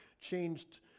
changed